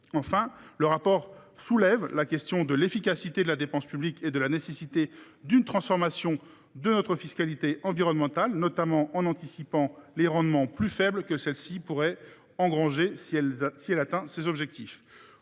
Enfin, le rapport soulève la question de l’efficacité de la dépense publique et celle de la nécessaire transformation de notre fiscalité environnementale, notamment en anticipant les rendements plus faibles que celle ci pourrait connaître si elle atteint ses objectifs.